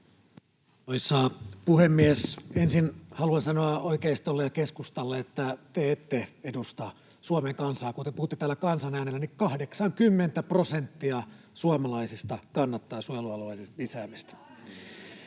puhemies! Ensin haluan sanoa oikeistolle ja keskustalle, että te ette edusta Suomen kansaa. Kun te puhutte täällä kansan äänellä, niin 80 prosenttia suomalaisista kannattaa suojelualueiden lisäämistä.